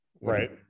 Right